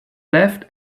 left